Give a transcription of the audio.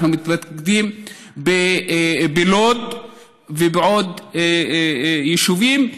אנחנו מתמקדים בלוד ובעוד יישובים,